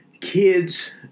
kids